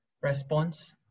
response